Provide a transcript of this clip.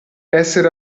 essere